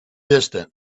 distance